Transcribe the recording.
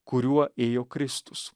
kuriuo ėjo kristus